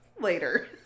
later